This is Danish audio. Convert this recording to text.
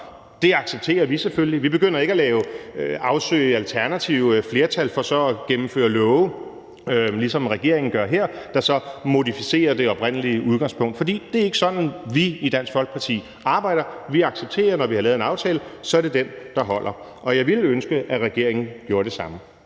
Det accepterer vi selvfølgelig. Vi begynder ikke at afsøge alternative flertal for så at gennemføre love, ligesom regeringen gør her, der så modificerer det oprindelige udgangspunkt, for det er ikke sådan, vi i Dansk Folkeparti arbejder. Vi accepterer, når vi har lavet en aftale, at så er det den, der holder. Og jeg ville ønske, at regeringen gjorde det samme.